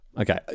Okay